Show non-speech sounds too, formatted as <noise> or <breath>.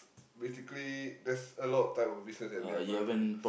basically that's a lot of type of business that we are going to do <breath>